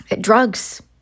drugs